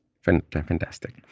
Fantastic